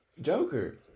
Joker